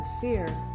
fear